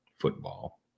football